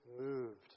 moved